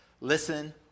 Listen